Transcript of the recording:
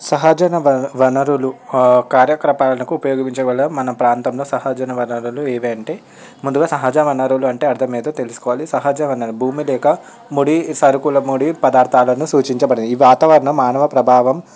సహజన వనరులు కార్యక్రపాలకు ఉపయోగించగల మన ప్రాంతంలో సహజన వనరులు ఏవంటే ముందుగా సహజ వనరులు అంటే అర్ధమేదో తెలుసుకోవాలి సహజ భూమి లేక ముడి సరుకుల ముడి పదార్థాలను సూచించబడిన ఈ వాతావరణం మానవ ప్రభావం